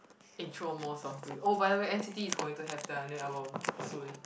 intro more songs to you oh by the way n_c_t is going to have their new album soon